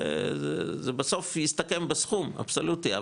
זה בסוף יסתכם בסכום אבסולוטי,